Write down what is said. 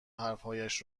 حرفهایش